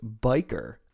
biker